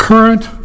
current